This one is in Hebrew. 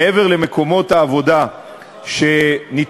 שמעבר למקומות העבודה שנתפסים,